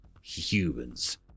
humans